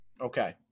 Okay